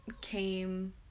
came